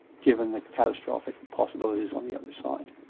given the catastrophic possibilities on the other side.